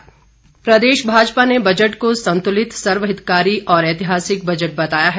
भाजपा प्रतिक्रिया प्रदेश भाजपा ने बजट को संतुलित सर्वहितकारी और ऐतिहासिक बजट बताया है